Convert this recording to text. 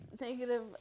Negative